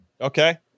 Okay